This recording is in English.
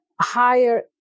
higher